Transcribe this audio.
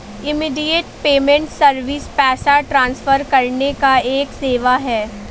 immediate payment service पैसा transfer करने का एक सेवा है